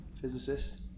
physicist